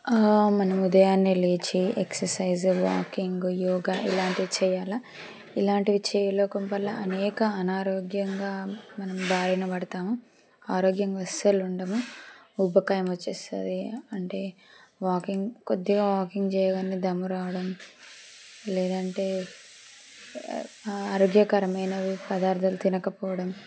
మనం ఉదయాన్నే లేచి ఎక్సర్సైజ్ వాకింగ్ యోగా ఇలాంటివి చేయాలి ఇలాంటివి చేయలోకం వల్ల అనేక అనారోగ్యంగా మనం భారిన పడతాము ఆరోగ్యంగా అస్సలు ఉండము ఊబకాయం వచ్చేస్తుంది అంటే వాకింగ్ కొద్దిగా వాకింగ్ చేయగానే దమ్మురావడం లేదంటే ఆరోగ్యకరమైనవి పదార్థాలు తినకపోవడం